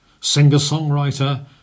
singer-songwriter